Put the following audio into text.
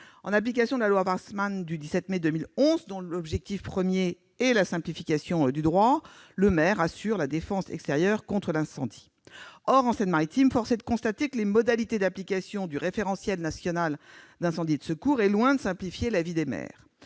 En application de la loi Warsmann du 17 mai 2011, dont l'objectif premier est la simplification du droit, le maire « assure la défense extérieure contre l'incendie ». Or, en Seine-Maritime, force est de constater que les modalités d'application du référentiel national d'incendie et de secours sont loin de simplifier la vie des maires